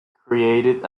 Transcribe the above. created